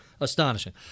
Astonishing